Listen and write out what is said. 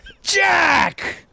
Jack